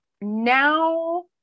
now